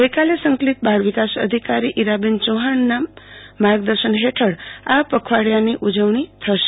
ગઈકાલે સંકલિત બાળવિકાસ અધિકારી ઈરાબેન ચૌહાણના માર્ગદર્શન હેઠળ આ પખવાડીયામાં વિવિધ ઉજવણી થશે